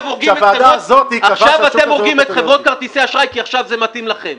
הורגים את חברות כרטיסי האשראי כי עכשיו זה מתאים לכם.